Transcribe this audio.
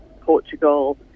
Portugal